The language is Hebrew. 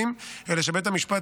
15), התשפ"ד